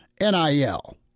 NIL